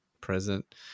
present